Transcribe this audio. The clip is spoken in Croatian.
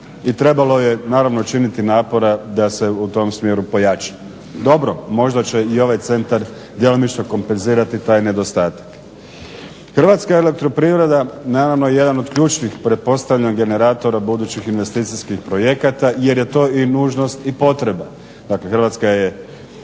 i trebalo je naravno učiniti napora da se u tom smjeru pojača. Dobro, možda će i ovaj centar djelomično kompenzirati taj nedostatak. Hrvatska elektroprivreda naravno jedan od ključnih pretpostavljam generatora budućih investicijskih projekata jer je to i nužnost i potreba. Dakle, Hrvatska je,